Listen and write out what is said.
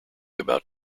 about